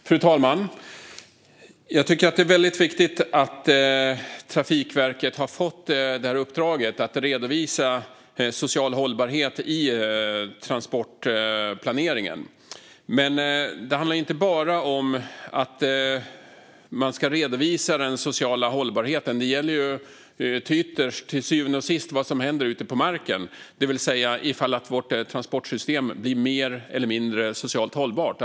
Fru talman! Jag tycker att det är väldigt viktigt att Trafikverket har fått uppdraget att redovisa social hållbarhet i transportplaneringen, men det handlar inte bara om att redovisa den sociala hållbarheten. Det gäller till syvende och sist vad som händer ute på marken. Blir vårt transportsystem mer eller mindre socialt hållbart?